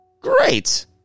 Great